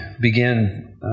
begin